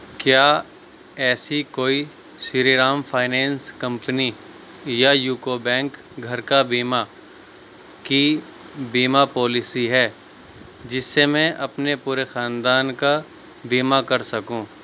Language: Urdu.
کیا ایسی کوئی شری رام فائنینس کمپنی یا یُوکو بینک گھر کا بیمہ کی بیمہ پالیسی ہے جِس سے میں اپنے پورے خاندان کا بیمہ کر سکوں